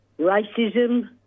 racism